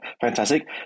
Fantastic